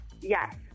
Yes